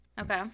okay